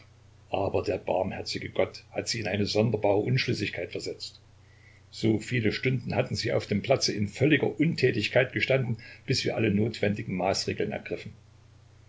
aber der barmherzige gott hat sie in eine sonderbare unschlüssigkeit versetzt so viele stunden hatten sie auf dem platze in völliger untätigkeit gestanden bis wir alle notwendigen maßregeln ergriffen